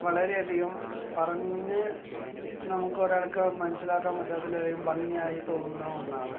വളരെയധികം പറഞ്ഞ് നമുക്ക് ഒരാൾക്ക് മനസ്സിലാക്കാൻ പറ്റാത്തതിലധികം ഭംഗിയായി തോന്നുന്ന ഒന്നാണ്